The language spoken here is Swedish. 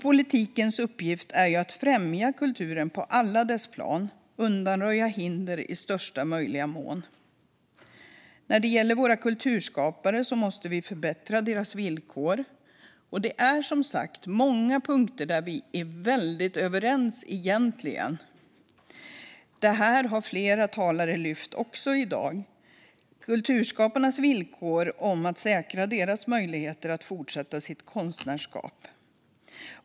Politikens uppgift är att främja kulturen på alla plan och undanröja hinder i största möjliga mån. När det gäller våra kulturskapare måste vi förbättra deras villkor. Det finns som sagt många punkter där vi egentligen är väldigt överens. Också det har flera talare lyft fram i dag. Att förbättra kulturskapares villkor handlar om att säkra deras möjligheter att fortsätta sitt konstnärskap.